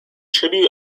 tribute